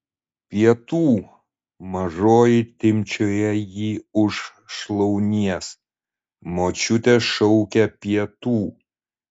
pietų mažoji timpčioja jį už šlaunies močiutė šaukia pietų